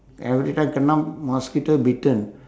every time kena mosquito bitten